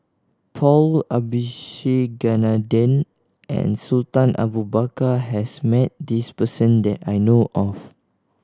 Paul Abisheganaden and Sultan Abu Bakar has met this person that I know of